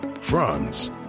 France